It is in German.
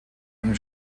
einem